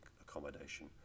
accommodation